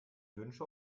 wünsche